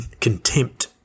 contempt